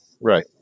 right